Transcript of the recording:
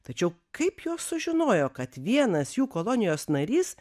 tačiau kaip jos sužinojo kad vienas jų kolonijos narys